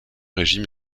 régime